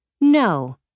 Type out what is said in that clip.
No